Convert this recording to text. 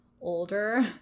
older